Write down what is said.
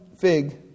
fig